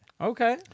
Okay